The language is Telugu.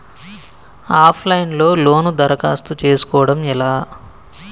ఆఫ్ లైన్ లో లోను దరఖాస్తు చేసుకోవడం ఎలా?